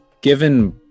given